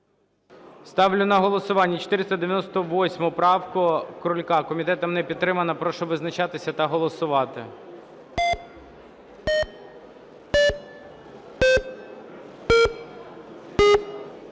Ставлю на голосування 498 правку Крулька. Комітетом не підтримана. Прошу визначатися та голосувати.